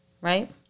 right